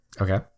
Okay